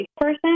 person